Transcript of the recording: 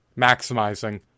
maximizing